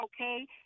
okay